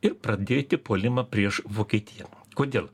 ir pradėti puolimą prieš vokietiją kodėl